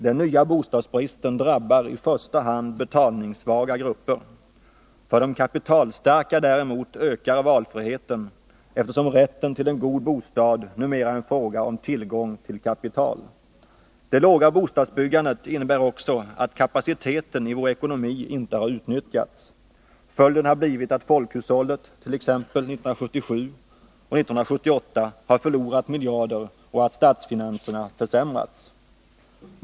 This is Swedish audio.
Den nya bostadsbristen drabbar i första hand betalningssvaga grupper. För de kapitalstarka däremot ökar valfriheten, eftersom rätten till en god bostad numera är en fråga om tillgång till kapital. Det låga 143 bostadsbyggandet innebär också att kapaciteten i vår ekonomi inte har utnyttjats. Följden har blivit att folkhushållet, t.ex. 1977 och 1978, har förlorat miljarder och att statsfinanserna försämrats.